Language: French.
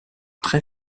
très